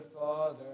Father